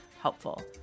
helpful